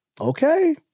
okay